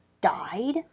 died